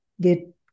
get